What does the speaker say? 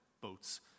boats